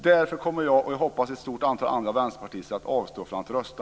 Därför kommer jag, och jag hoppas ett stort antal andra vänsterpartister, att avstå från att rösta.